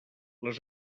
les